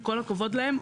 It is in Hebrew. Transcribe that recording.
עם כל הכבוד להם,